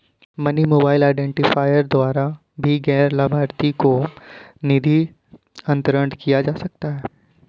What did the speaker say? money mobile identifier द्वारा भी गैर लाभार्थी को निधि अंतरण किया जा सकता है